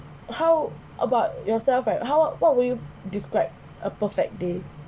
how about yourself like how what were you describe a perfect day